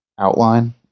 outline